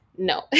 No